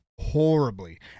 horribly